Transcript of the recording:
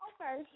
Okay